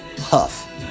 Huff